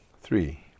Three